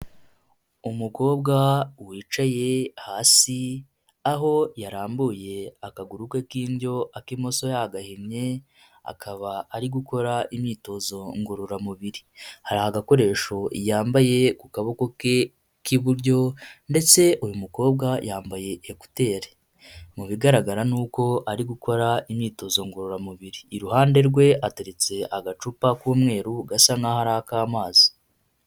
Umukobwa wicaye hasi aho yarambuye akaguru ke k'indyo, ak'imoso yagahinnye, akaba ari gukora imyitozo ngororamubiri, hari agakoresho yambaye ku kaboko ke k'iburyo ndetse uyu mukobwa yambaye ekuteri, mu bigaragara ni uko ari gukora imyitozo ngororamubiri, iruhande rwe hateretse agacupa k'umweru gasa nkaho ari ak'amazi.